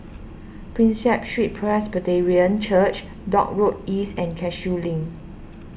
Prinsep Street Presbyterian Church Dock Road East and Cashew Link